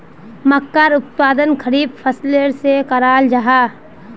मक्कार उत्पादन खरीफ फसलेर सा कराल जाहा